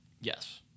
Yes